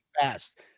fast